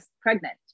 pregnant